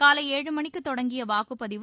காலை ஏழு மணிக்குத் தொடங்கிய வாக்குப்பதிவு